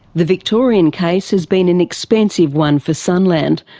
the victorian case has been an expensive one for sunland.